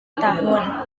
tahun